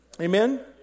Amen